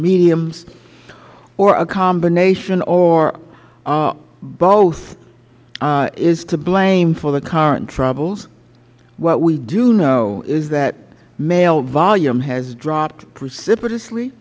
mediums or a combination of both is to blame for the current troubles what we do know is that mail volume has dropped precipitously